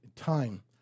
time